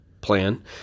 plan